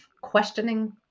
questioning